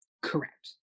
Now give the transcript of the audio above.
Correct